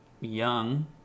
young